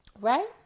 Right